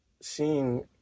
seeing